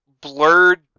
blurred